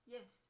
Yes